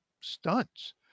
stunts